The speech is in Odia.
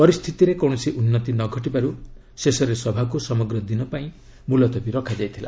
ପରିସ୍ଥିତିରେ କୌଣସି ଉନ୍ନତି ନ ଘଟିବାରୁ ଶେଷରେ ସଭାକୁ ସମଗ୍ର ଦିନ ପାଇଁ ମୁଲତବୀ ରଖାଯାଇଥିଲା